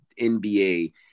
NBA